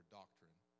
doctrine